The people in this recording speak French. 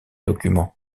documents